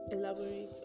Elaborate